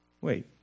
wait